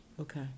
Okay